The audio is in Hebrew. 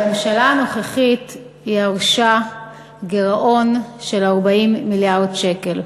הממשלה הנוכחית ירשה גירעון של 40 מיליארד שקל.